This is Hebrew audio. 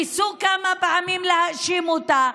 ניסו כמה פעמים להאשים אותה.